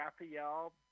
Raphael